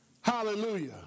Hallelujah